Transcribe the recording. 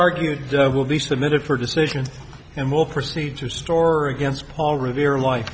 argue it will be submitted for a decision and will proceed to store against paul revere life